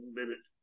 minute